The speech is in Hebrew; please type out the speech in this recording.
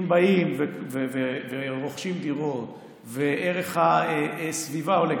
אם באים ורוכשים דירות וערך הסביבה עולה,